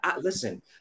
Listen